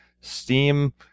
steam